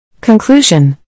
Conclusion